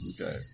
Okay